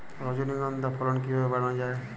রজনীগন্ধা ফলন কিভাবে বাড়ানো যায়?